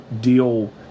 deal